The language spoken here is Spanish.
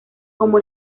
como